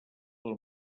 del